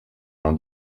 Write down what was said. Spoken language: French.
mon